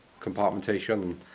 compartmentation